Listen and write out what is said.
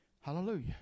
hallelujah